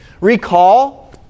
Recall